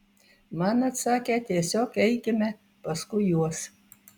man atsakė tiesiog eikime paskui juos